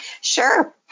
Sure